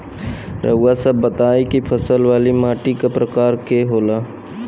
रउआ सब बताई कि फसल वाली माटी क प्रकार के होला?